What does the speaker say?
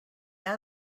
out